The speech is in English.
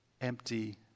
Empty